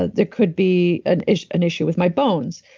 ah there could be an issue an issue with my bones,